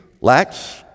lacks